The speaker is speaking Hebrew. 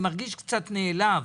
קצת נעלב,